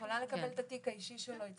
את יכולה לקבל את התיק האישי שלו.